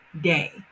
day